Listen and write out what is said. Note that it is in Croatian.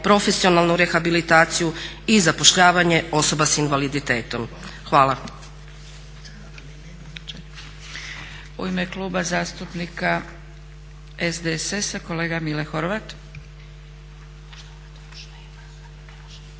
profesionalnu rehabilitaciju i zapošljavanje osoba s invaliditetom. Hvala.